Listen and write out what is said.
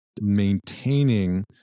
maintaining